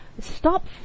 stop